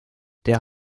der